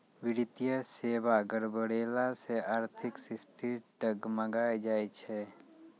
वित्तीय सेबा गड़बड़ैला से आर्थिक स्थिति डगमगाय जाय छै